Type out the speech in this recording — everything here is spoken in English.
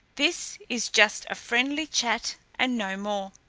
this is just a friendly chat and no more.